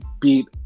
beat